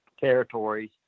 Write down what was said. territories